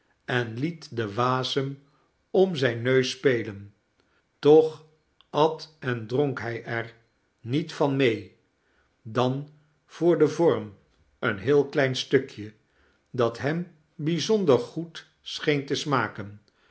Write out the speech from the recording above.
en liet den wasem om zijn neus spelen toch at en dronk hij er niet van mee dan voor den vorm een heel klein stukje dat hem bij'zonder goed scheen te smakeu